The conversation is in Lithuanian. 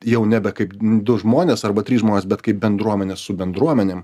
jau nebe kaip du žmonės arba trys žmonės bet kaip bendruomenė su bendruomenėm